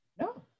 No